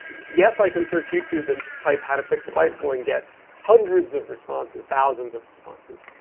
yes, i can search youtube and type how to fix a bicycle and get hundreds of responses, thousands of responses.